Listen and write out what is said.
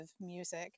music